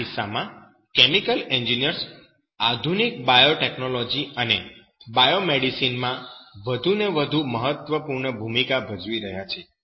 આ કિસ્સામાં chemical engineers આધુનિક બાયોલોજી અને બાયોમેડિસિન માં વધુને વધુ મહત્વપૂર્ણ ભૂમિકા ભજવી રહ્યા છે